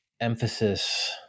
emphasis